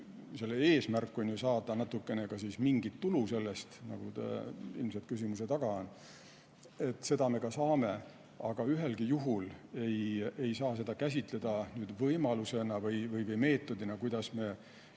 eesmärk on saada natukene ka mingit tulu sellest, nagu ilmselt teie küsimuse tagamõte on. Seda me ka saame. Aga ühelgi juhul ei saa seda käsitleda võimalusena või meetodina, kuidas me